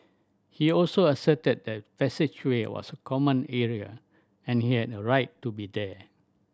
he also asserted the passageway was a common area and he had a right to be there